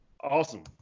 Awesome